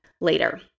later